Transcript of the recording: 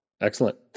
Excellent